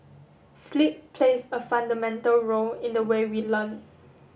sleep plays a fundamental role in the way we learn